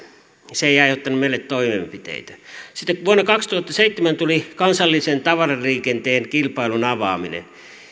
se ei aiheuttanut meille toimenpiteitä sitten vuonna kaksituhattaseitsemän tuli kansallisen tavaraliikenteen kilpailun avaaminen